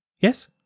yes